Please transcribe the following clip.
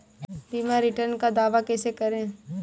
बीमा रिटर्न का दावा कैसे करें?